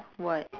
what